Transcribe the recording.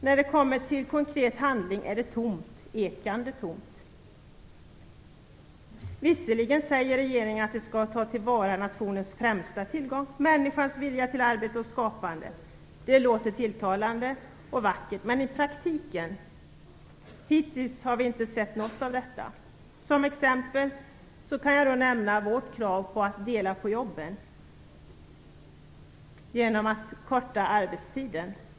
När det kommer till konkret handling är det tomt, ekande tomt. Visserligen säger regeringen att den skall ta till vara nationens främsta tillgång, människans vilja till arbete och skapande. Det låter tilltalande och vackert, men i praktiken har vi hittills inte sett något av detta. Som exempel kan jag nämna vårt krav på att dela på jobben genom att förkorta arbetstiden.